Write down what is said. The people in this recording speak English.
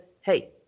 hey